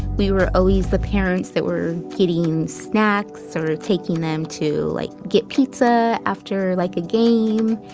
we were always the parents that were getting snacks or taking them to like get pizza after like a game.